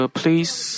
please